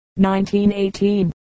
1918